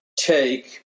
take